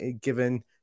given